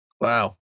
Wow